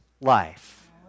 life